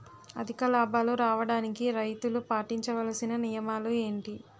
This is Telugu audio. అధిక లాభాలు రావడానికి రైతులు పాటించవలిసిన నియమాలు ఏంటి